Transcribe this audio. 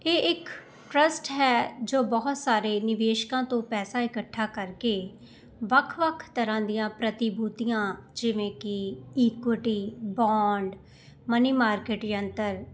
ਇਹ ਇੱਕ ਟਰੱਸਟ ਹੈ ਜੋ ਬਹੁਤ ਸਾਰੇ ਨਿਵੇਸ਼ਕਾਂ ਤੋਂ ਪੈਸਾ ਇਕੱਠਾ ਕਰਕੇ ਵੱਖ ਵੱਖ ਤਰ੍ਹਾਂ ਦੀਆਂ ਪ੍ਰਤੀਭੂਤੀਆਂ ਜਿਵੇਂ ਕਿ ਇਕੁਅਟੀ ਬੋਂਡ ਮਨੀ ਮਾਰਕੀਟ ਯੰਤਰ